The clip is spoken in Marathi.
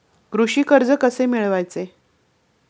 कृषी कर्ज कसे मिळवायचे?